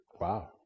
Wow